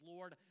Lord